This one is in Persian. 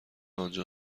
آنجا